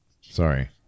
Sorry